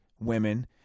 women